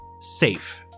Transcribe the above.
safe